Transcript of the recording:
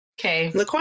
okay